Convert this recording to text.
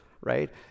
right